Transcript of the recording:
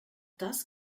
das